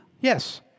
Yes